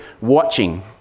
watching